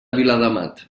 viladamat